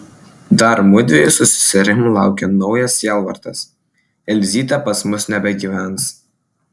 dar mudviejų su seserim laukia naujas sielvartas elzytė pas mus nebegyvens